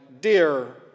dear